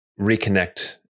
reconnect